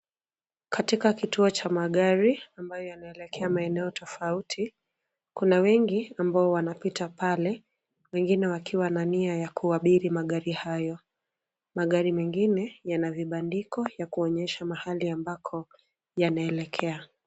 Katika kituo cha magari ambayo yanelekea maeneo tofauti, kuna wengi ambao wanapita pale wengine wakiwa na nia ya kuabiri magari hayo. Magari mengine yana vibandiko ya kuonyesha mahali ambako yanaelekea.